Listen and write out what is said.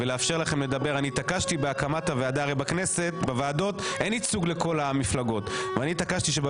הרי בוועדות הכנסת אין ייצוג לכל המפלגות אבל אני התעקשתי עם